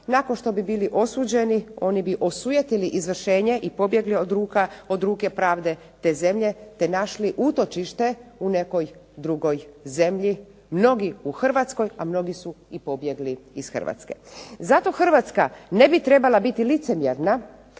nakon što bi bili osuđeni oni bi osujetili izvršenje i pobjegli od ruke pravde te zemlje te našli utočište u nekoj drugoj zemlji, mnogi u Hrvatskoj,a mnogi su i pobjegli iz Hrvatske. Zato Hrvatska ne bi trebala biti licemjerna